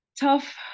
tough